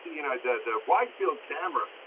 you know, the wide field camera,